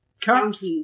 Cups